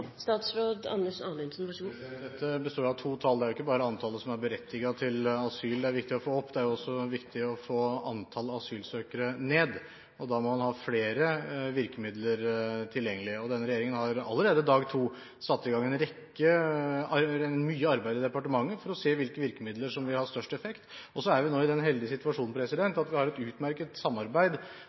Dette består av to tall. Det er ikke bare antallet som er berettiget til asyl, som er viktig å få opp. Det er også viktig å få antallet asylsøkere ned, og da må man ha flere virkemidler tilgjengelig. Denne regjeringen har allerede fra dag to satt i gang mye arbeid i departementet for å se hvilke virkemidler som vil ha størst effekt. Så er man i den heldige situasjonen at vi har et utmerket samarbeid